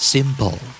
Simple